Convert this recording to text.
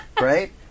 right